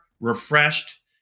refreshed